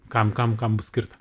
kam kam kam bus skirta